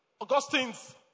Augustine's